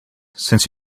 since